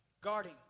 Guarding